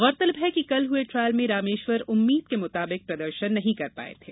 गौरतलब है कि कल हुए ट्रायल में रामेश्वर उम्मीद के मुताबिक प्रदर्शन नहीं कर पाये थे